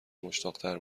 مشتاقتر